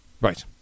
Right